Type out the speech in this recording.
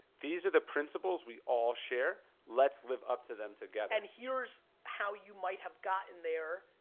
these are the principles we all share. let's live up to them together. and here's how you might have gotten there,